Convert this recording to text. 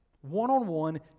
One-on-one